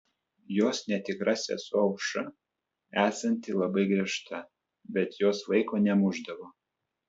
jos netikra sesuo aušra esanti labai griežta bet jos vaiko nemušdavo